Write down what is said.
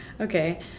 Okay